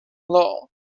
law